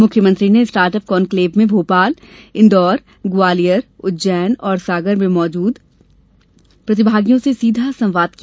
मुख्यमंत्री ने start up conclave में भोपाल इंदौर ग्वालियर उज्जैन और सागर में मौजूद प्रतिभागियों से सीधा संवाद किया